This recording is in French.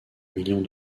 millions